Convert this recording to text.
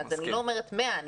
אני לא אומרת 100 מטרים,